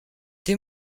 des